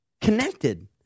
Connected